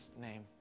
name